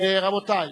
רבותי,